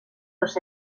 dos